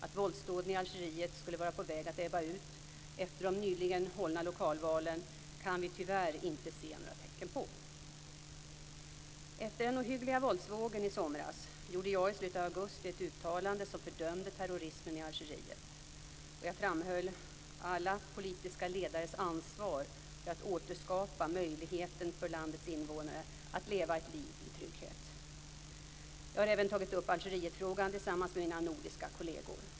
Att våldsdåden i Algeriet skulle vara på väg att ebba ut efter de nyligen hållna lokalvalen kan vi tyvärr inte se några tecken på. Efter den ohyggliga våldsvågen i somras gjorde jag i slutet av augusti ett uttalande som fördömde terrorismen i Algeriet. Jag framhöll alla politiska ledares ansvar för att återskapa möjligheten för landets invånare att leva ett liv i trygghet. Jag har även tagit upp Algerietfrågan tillsammans med mina nordiska kolleger.